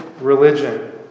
religion